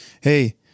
hey